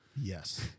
Yes